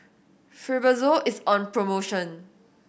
Fibrosol is on promotion